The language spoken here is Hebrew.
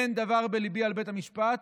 אין דבר בליבי על בית המשפט,